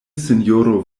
sinjoro